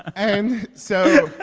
and so,